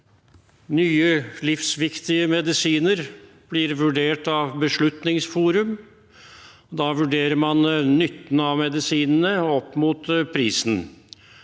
Nye, livsviktige medisiner blir vurdert av Beslutningsforum. Da vurderer man nytten av medisinene opp mot prisen.